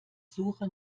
suche